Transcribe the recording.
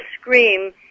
scream